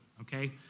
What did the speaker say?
okay